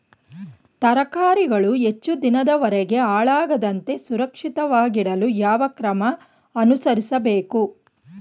ತರಕಾರಿಗಳು ಹೆಚ್ಚು ದಿನದವರೆಗೆ ಹಾಳಾಗದಂತೆ ಸುರಕ್ಷಿತವಾಗಿಡಲು ಯಾವ ಕ್ರಮ ಅನುಸರಿಸಬೇಕು?